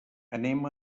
anem